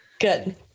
Good